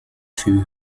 für